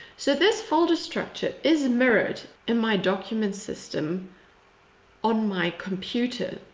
so, this folder structure is mirrored in my document system on my computer.